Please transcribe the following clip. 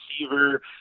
receiver